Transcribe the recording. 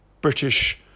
British